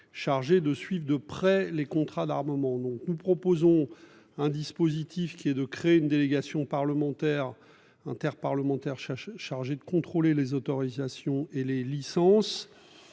chargée de suivre de près les contrats d'armement. Non, nous proposons un dispositif qui est de créer une délégation parlementaire. Interparlementaire chargée de contrôler les autorisations et les licences